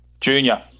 Junior